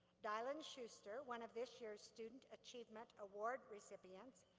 dylan shuster, one of this year's student achievement award recipients.